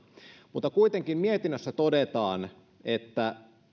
mutta kuitenkin mietinnössä todetaan että